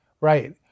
right